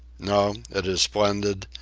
no, it is splendid,